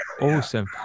awesome